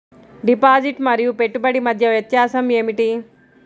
Deposit మరియు పెట్టుబడి మధ్య వ్యత్యాసం ఏమిటీ?